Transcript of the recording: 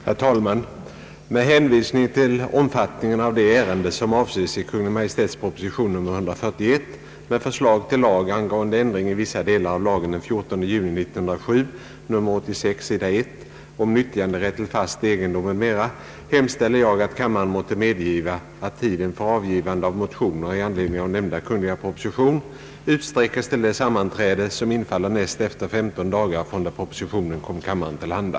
Herr talman! Med hänsyn till omfattningen av det ärende, som avses i Kungl. Maj:ts proposition nr 141, med förslag till lag angående ändring i vissa delar av lagen den 14 juni 1907 om nyttjanderätt till fast egendom m,. m., hemställer jag, att kammaren måtte medgiva, att tiden för avgivande av motioner i anledning av nämnda kungl. proposition utsträckes till det sammanträde, som infaller näst efter femton dagar från det propositionen kom kammaren till handa.